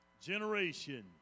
Generation